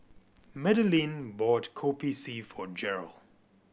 Madeleine bought Kopi C for Jeryl